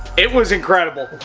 it was incredible.